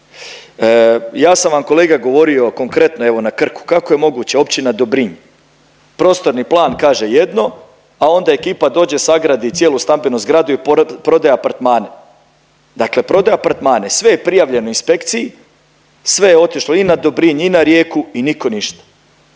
Ja sam vam kolega govorio konkretno evo na Krku kako je moguće općina Dobrinj, prostorni plan kaže jedno, a onda ekipa dođe sagradi cijelu stambenu zgradu i prodaje apartmane. Dakle, prodaje apartmane, sve je prijavljeno inspekciji, sve je otišlo i na Dobrinj i na Rijeku i nitko ništa